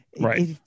right